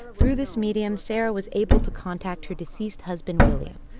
through this medium, sarah was able to contact her deceased husband, william.